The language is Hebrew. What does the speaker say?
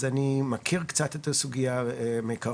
אז אני מכיר קצת את הסוגיה מקרוב.